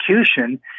execution